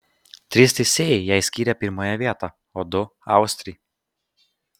trys teisėjai jai skyrė pirmąją vietą o du austrei